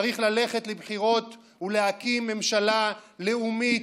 צריך ללכת לבחירות ולהקים ממשלה לאומית,